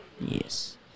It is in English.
Yes